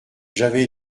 j’avais